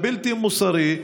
הבלתי-מוסרי הזה.